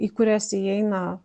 į kurias įeina